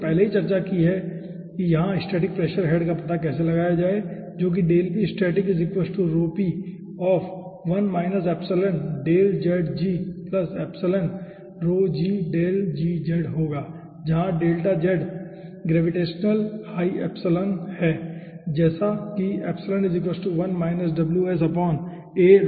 इसलिए हमने पहले ही चर्चा की है कि यहां स्टैटिक प्रेशर का पता कैसे लगाया जाए जो कि होगा जहां delta z gravitational high epsilon है जैसा कि है ठीक है